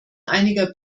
einiger